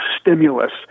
stimulus